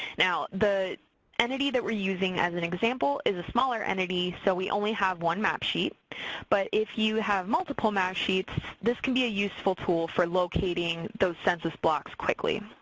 the entity that we're using as an example is a smaller entity, so we only have one map sheet, but if you have multiple map sheets, this can be a useful tool for locating those census blocks quickly.